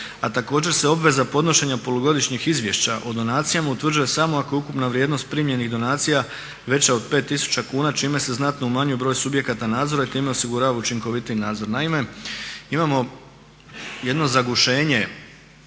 a također se obveza podnošenja polugodišnjeg izvješća o donacijama utvrđuje samo ako je ukupna vrijednost primljenih donacija veća od 5000 kuna čime se znatno umanjuje broj subjekata nadzora i time osigurava učinkovitiji nadzor. Naime, imamo jedno zagušenje